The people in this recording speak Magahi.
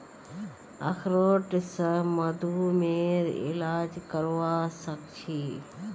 अखरोट स मधुमेहर इलाज करवा सख छी